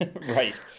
Right